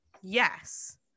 yes